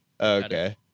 Okay